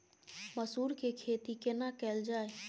मसूर के खेती केना कैल जाय?